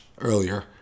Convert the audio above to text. earlier